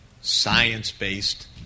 science-based